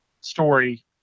story